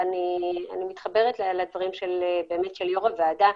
אני מתחברת לדברים של יושבת-ראש הוועדה,